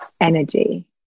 energy